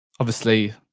obviously,